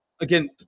again